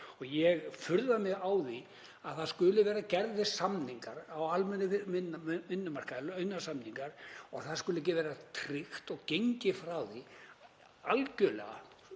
Ég furða mig á því að það skuli vera gerðir samningar á almennum vinnumarkaði, launasamningar, og það skuli ekki vera tryggt og gengið frá því algerlega,